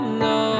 no